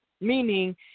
meaning